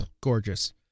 Gorgeous